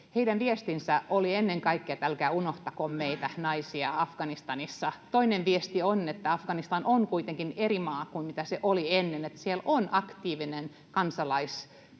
heidän viestinsä oli ennen kaikkea, että älkää unohtako meitä naisia Afganistanissa. Toinen viesti on, että Afganistan on kuitenkin eri maa kuin mikä se oli ennen, että siellä on aktiivinen kansalaistoimintaverkosto.